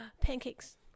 pancakes